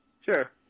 Sure